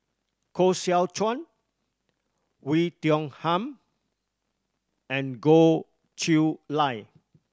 Koh Seow Chuan We Tiong Ham and Goh Chiew Lye